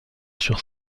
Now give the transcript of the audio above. sur